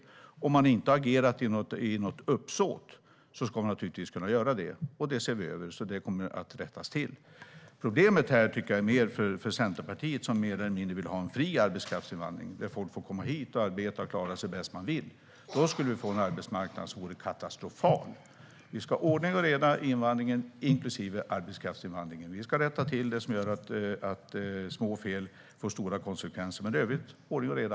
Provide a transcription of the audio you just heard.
Om ett företag inte har agerat med uppsåt ska det naturligtvis kunna göra det. Det problemet ser vi över, och det ska rättas till. Det är ett större problem för Centerpartiet, som vill ha mer eller mindre fri arbetskraftsinvandring. Folk ska få komma hit, arbeta och klara sig bäst de vill. Då skulle arbetsmarknaden bli katastrofal. Det ska vara ordning och reda i invandringen, inklusive arbetskraftsinvandringen. Vi ska rätta till det som gör att små fel får stora konsekvenser, men i övrigt ska det vara ordning och reda.